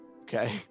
Okay